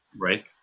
right